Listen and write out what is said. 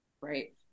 right